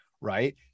right